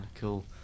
cool